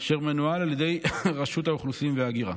אשר מנוהל על ידי רשות האוכלוסין וההגירה.